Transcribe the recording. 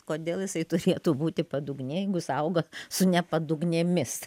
kodėl jisai turėtų būti padugnė jeigu jis auga su ne padugnėmis